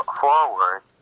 forward